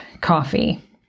coffee